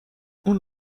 اون